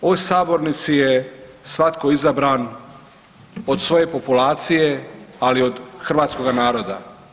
U ovoj sabornici je svatko izabran od svoje populacije ali od hrvatskoga naroda.